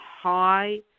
high